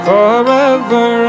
Forever